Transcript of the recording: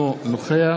אינו נוכח